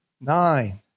Nine